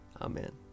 Amen